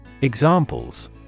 Examples